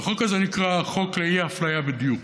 החוק הזה נקרא חוק לאי-אפליה בדיור.